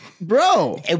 Bro